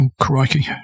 crikey